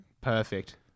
Perfect